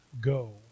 go